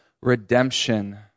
redemption